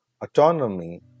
autonomy